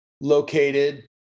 located